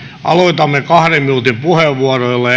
aloitamme kahden minuutin puheenvuoroilla